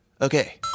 Okay